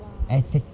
!wah!